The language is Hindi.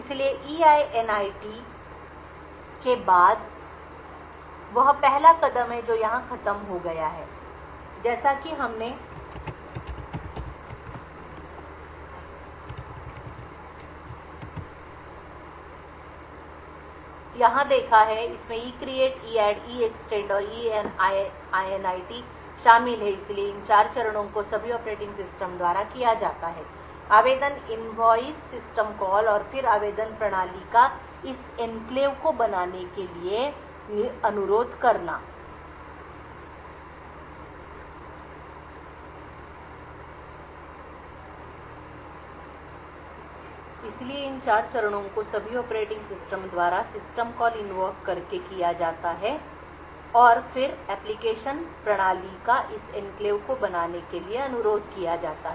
इसलिए ईआईएनआईटी के बाद वह पहला कदम है जो यहां खत्म हो गया है इसलिए पहला कदम जैसा कि हमने यहां देखा है इसमें ECREATE EADD EEXTEND और EINIT शामिल हैं इसलिए इन 4 चरणों को सभी ऑपरेटिंग सिस्टम द्वारा सिस्टम कॉल इनवॉक कर के किया जाता है आवेदन और फिर आवेदन प्रणाली का इस एन्क्लेव को बनाने के लिए अनुरोध किया जाता है